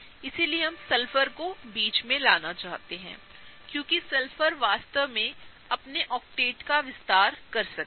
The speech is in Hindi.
इसलिए हम सल्फरकोबीचमें लाना चाहते हैं क्योंकि सल्फर वास्तव में अपने ऑक्टेट का विस्तार कर सकता है